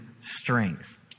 strength